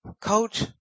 Coach